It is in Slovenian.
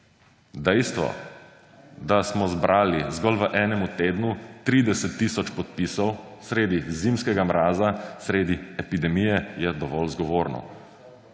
Dejstvo, da smo zbrali zgolj v enemu tednu 30 tisoč podpisov sredi zimskega mraza, sredi epidemije, je dovolj zgovorno.